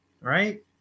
Right